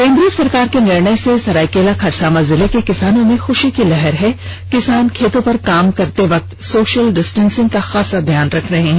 केन्द्र सरकार के निर्णय से सरायकेला खरसावां जिले के किसानों में ख्शी की लहर लौट आयी है किसान खेतों पर काम करते वक्त सोशल डिस्टेंसिंग का खासा ध्यान रख रहे है